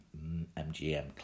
MGM